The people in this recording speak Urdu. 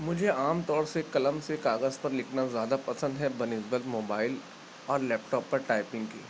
مجھے عام طور سے قلم سے کاغذ پر لکھنا زیادہ پسند ہے بنسبت موبائل اور لیپٹاپ پر ٹائپنگ کے